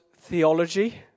theology